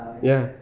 ya